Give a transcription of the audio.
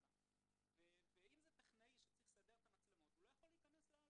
אם זה טכנאי שצריך לסדר את המצלמות הוא לא יכול להיכנס.